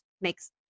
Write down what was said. makes